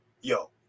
yo